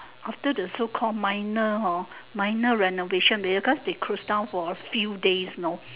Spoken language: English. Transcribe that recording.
after the so call minor hor minor renovation because they closed down for a few days know